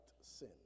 sin